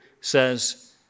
says